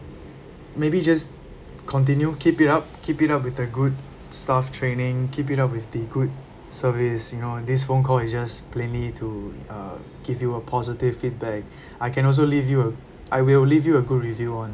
maybe just continue keep it up keep it up with the good staff training keep it up with the good service you know this phone call is just plainly to uh give you a positive feedback I can also leave you a I will leave you a good review on